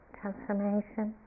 transformation